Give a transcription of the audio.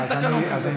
אין תקנון כזה.